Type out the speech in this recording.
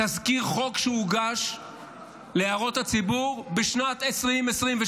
תזכיר חוק שהוגש להערות הציבור בשנת 2022,